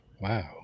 Wow